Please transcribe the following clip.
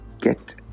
get